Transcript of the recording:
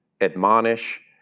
admonish